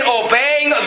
obeying